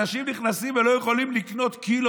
אנשים נכנסים ולא יכולים לקנות קילו